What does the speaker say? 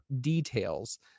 details